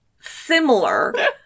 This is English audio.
similar